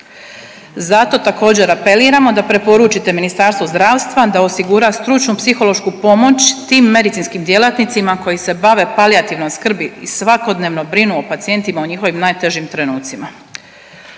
Zato također apeliramo da preporučite Ministarstvu zdravstva da osigura stručnu psihološku pomoć tim medicinskim djelatnicima koji se bave palijativnom skrbi i svakodnevno brinu o pacijentima u njihovim najtežim trenucima.